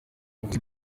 buvuzi